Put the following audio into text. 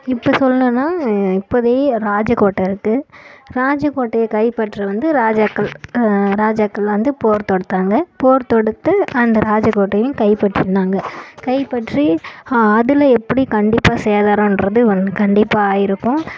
இப்போ சொல்லணும்ன்னா இப்போதைக்கு ராஜகோட்டை இருக்கு ராஜக்கோட்டையை கைப்பற்ற வந்து ராஜாக்கள் ராஜாக்கள் வந்து போர் தொடுத்தாங்க போர் தொடுத்து அந்த ராஜகோட்டையும் கைப்பற்றி இருந்தாங்க கைப்பற்றி அதில் எப்படி கண்டிப்பாக சேதாரன்றது கண்டிப்பாக ஆயிருக்கும்